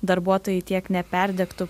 darbuotojai tiek neperdegtų